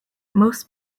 most